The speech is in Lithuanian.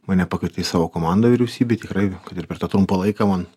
mane pakvietė į savo komandą vyriausybėj tikrai ir per tą trumpą laiką man